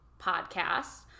podcast